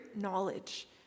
knowledge